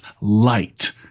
light